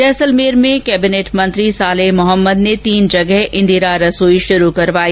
जैसलमेर में कैबिनेट मंत्री सालेह मोहम्मद ने तीन जगह इंदिरा रसोई शुरु करवाई